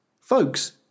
folks